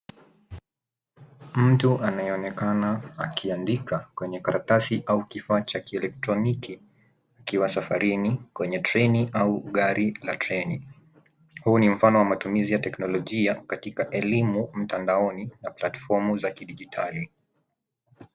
Mtu anayeonekana akiandika kwenye karatasi au kifaa cha kielektroniki akiwa safarini kwenye treni au gari la treni. Huu ni mfano wa matumizi ya teknolojia katika elimu mtandaoni na platfomu za kidigitali.